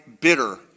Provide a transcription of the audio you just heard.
bitter